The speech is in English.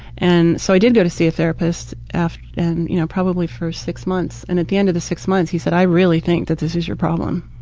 and so i did go to see a therapist and you know probably for six months and at the end of the six months, he said, i really think that this is your problem.